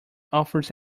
authors